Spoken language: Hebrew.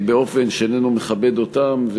באופן שאיננו מכבד אותם,